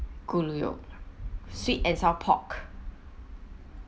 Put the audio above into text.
sweet and sour pork